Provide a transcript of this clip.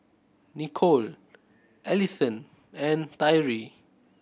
Nicole Alisson and Tyree